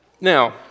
now